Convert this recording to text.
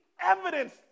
evidence